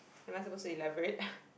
am I supposed to elaborate